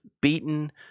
beaten—